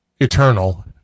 eternal